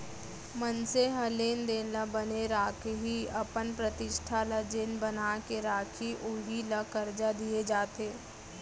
मनसे ह लेन देन ल बने राखही, अपन प्रतिष्ठा ल जेन बना के राखही उही ल करजा दिये जाथे